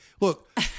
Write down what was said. Look